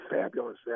fabulous